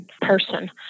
person